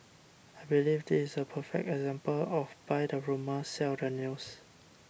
I believe this is a perfect example of buy the rumour sell the news